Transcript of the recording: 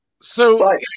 So-